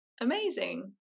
amazing